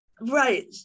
Right